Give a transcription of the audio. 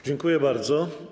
Dziękuję bardzo.